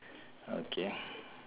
okay